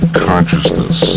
consciousness